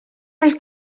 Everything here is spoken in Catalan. els